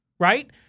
Right